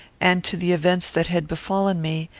and to the events that had befallen me,